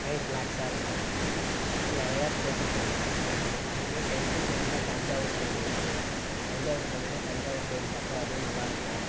mind ரிலாக்ஸ்சாயிருக்கும் நிறையா places இருக்குது தமிழ் நாட்டிலே இதுமாரி டெம்புல்ஸ் எடுத்துகிட்டா தஞ்சாவூர் கோவில் இருக்குது தஞ்சாவூர் போனீங்கன்னா தஞ்சாவூர் கோவில் பார்க்க அதுவும் நல்லாயிருக்கும்